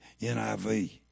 NIV